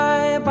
Bye